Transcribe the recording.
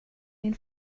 min